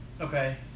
Okay